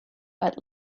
but